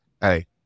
Hey